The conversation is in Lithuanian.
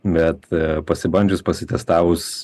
bet pasibandžius pasitiestavus